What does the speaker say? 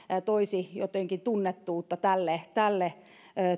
toisivat jotenkin tunnettuutta tälle tälle